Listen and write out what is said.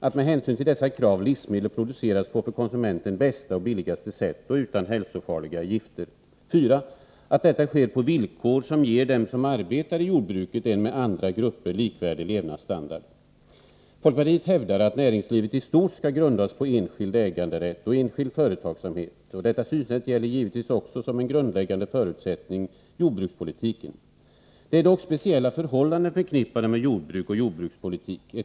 Att med hänsyn till dessa krav livsmedel produceras på för konsumenten bästa och billigaste sätt och utan hälsofarliga gifter. 4. Att detta sker på villkor som ger dem som arbetar i jordbruket en med andra grupper likvärdig levnadsstandard. Folkpartiet hävdar att näringslivet i stort skall grundas på enskild äganderätt och enskild företagsamhet. Detta synsätt gäller givetvis också som en grundläggande förutsättning jordbrukspolitiken. Det är dock speciella förhållanden förknippade med jordbruk och jordbrukspolitik.